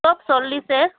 চব চল্লিছে